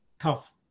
tough